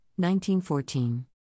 1914